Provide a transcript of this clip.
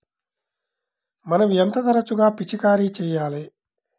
మనం ఎంత తరచుగా పిచికారీ చేయాలి?